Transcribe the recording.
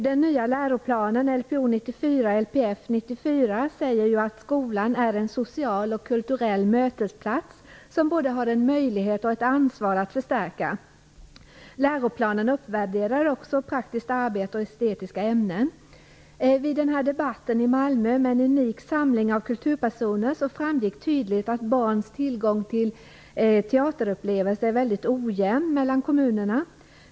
Den nya läroplanen LpO 94, Lpf 94 säger att skolan är en social och kulturell mötesplats, som både har en möjlighet och ett ansvar att förstärka. Läroplanen uppvärderar också praktiskt arbete och estetiska ämnen. Vid den här debatten i Malmö, med en unik samling av kulturpersoner, framgick tydligt att barns tillgång till teaterupplevelser är mycket ojämn mellan kommunerna.